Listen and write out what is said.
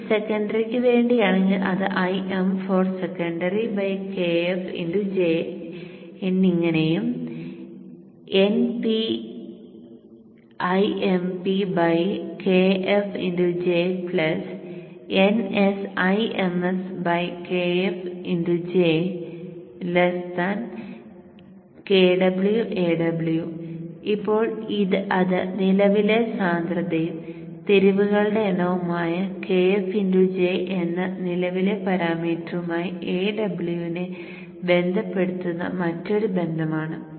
ഇത് സെക്കൻഡറിക്ക് വേണ്ടിയാണെങ്കിൽ അത് Kf J എന്നിങ്ങനെയും NpImp Kf J NsIms Kf J Kw Aw ഇപ്പോൾ അത് നിലവിലെ സാന്ദ്രതയും തിരിവുകളുടെ എണ്ണവുമായ Kf J എന്ന നിലവിലെ പാരാമീറ്ററുമായി Aw നെ ബന്ധപ്പെടുത്തുന്ന മറ്റൊരു ബന്ധം ആണ്